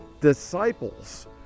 disciples